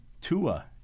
Tua